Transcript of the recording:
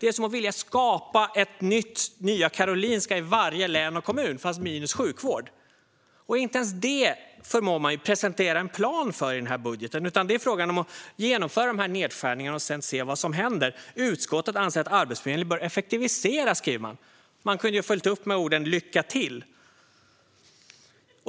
Det är som att vilja skapa ett Nya Karolinska i varje län och kommun, fast utan sjukvård. Inte ens detta förmår man ju presentera en plan för i den här budgeten, utan det är fråga om att genomföra dessa nedskärningar och sedan se vad som händer. "Utskottet anser att Arbetsförmedlingen bör effektiviseras", skriver man. Man kunde ju ha följt upp med orden "lycka till".